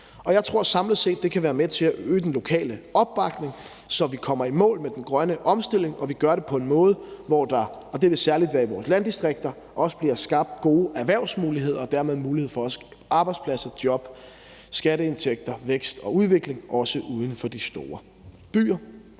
Jeg tror, at det samlet set kan være med til at øge den lokale opbakning, så vi kommer i mål med den grønne omstilling og vi gør det på en måde, hvor der – og det vil særlig være i vores landdistrikter – også bliver skabt gode erhvervsmuligheder og dermed mulighed for arbejdspladser, job, skatteindtægter, vækst og udvikling også uden for de store byer.